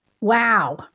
Wow